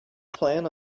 plan